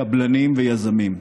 קבלנים ויזמים.